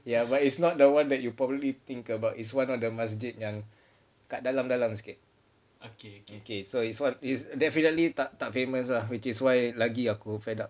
ya but it's not the one that you probably think about is one of the masjid yang kat dalam-dalam sikit okay it's one it's definitely tak tak famous lah which is why lagi aku fed up